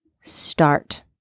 Start